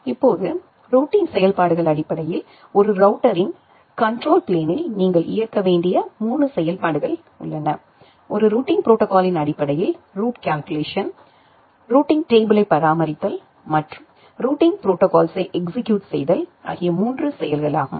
இப்போது ரூட்டிங் செயல்பாடுகள் அடிப்படையில் ஒரு ரௌட்டரின் கண்ட்ரோல் பிளேனில் நீங்கள் இயக்க வேண்டிய 3 செயல்பாடுகள் உள்ளன ஒரு ரூட்டிங் ப்ரோடோகாலின் அடிப்படையில் ரூட் கால்குலேஷன் ரூட்டிங் டேப்பிளை பராமரித்தல் மற்றும் ரூட்டிங் ப்ரோடோகால்ஸ்ஸை எக்ஸிக்யூட் செய்தல் ஆகிய மூன்று செயல்கள் ஆகும்